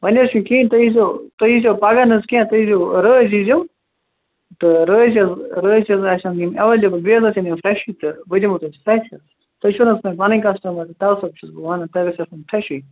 وۄنۍ حظ چھُنہٕ کِہیٖنۍ تُہۍ یِزیٚو تُہۍ یِزیٚو پَگاہ نَہ حظ کیٚنٛہہ تُہۍ یِزیٚو رٲز یِزیٚو تہٕ رٲز حظ رٲز حظ آسیٚن یِم ایٚوَلیبٕل بیٚیہِ حظ آسیٚن یِم فریٚشٕے تہٕ بہٕ دِمو تۄہہِ فریٚش حظ تُہۍ چھُو نَہ حظ مےٚ پنٕنۍ کسٹمر تو سب چھُس بہٕ وَنان تۄہہِ گَژھوٕ آسُن فریٚشٕے